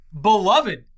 beloved